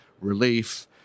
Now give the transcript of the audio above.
relief